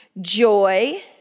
joy